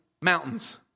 mountains